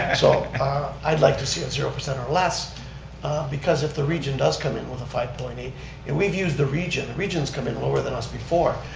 ah so i'd like to see a zero percent or less because if the region does come in with a five point eight and we've used the region, the region's come in lower than us before,